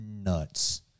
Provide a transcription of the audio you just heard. nuts